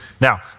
Now